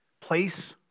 place